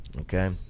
Okay